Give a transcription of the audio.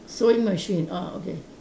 sewing machine orh okay